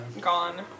Gone